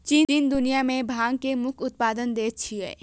चीन दुनिया मे भांग के मुख्य उत्पादक देश छियै